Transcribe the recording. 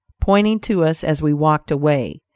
pointing to us as we walked away.